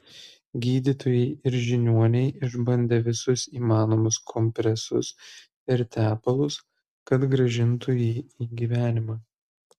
gydytojai ir žiniuoniai išbandė visus įmanomus kompresus ir tepalus kad grąžintų jį į gyvenimą